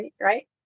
right